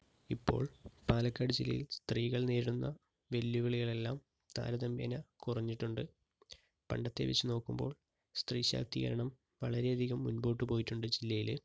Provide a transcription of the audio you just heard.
ഇപ്പോൾ പാലക്കാട് ജില്ലയിൽ സ്ത്രീകൾ നേരിടുന്ന വെല്ലുവിളികൾ എല്ലാം താരതമ്യേന കുറഞ്ഞിട്ടുണ്ട് പണ്ടത്തെ വെച്ച് നോക്കുമ്പോൾ സ്ത്രീ ശാക്തികരണം വളരെ അധികം മുൻപോട്ടു പോയിട്ടുണ്ട് ജില്ലയിൽ